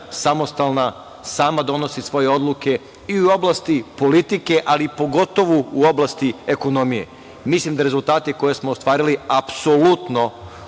samostalna, sama donosi svoju odluke i u oblasti politike, ali pogotovo u oblasti ekonomije. Mislim da rezultate koje smo ostvarili apsolutno